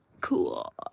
cool